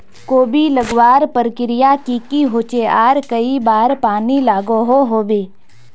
कोबी लगवार प्रक्रिया की की होचे आर कई बार पानी लागोहो होबे?